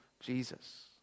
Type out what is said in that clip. Jesus